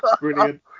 Brilliant